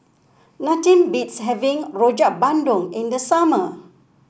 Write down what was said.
nothing beats having Rojak Bandung in the summer